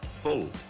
full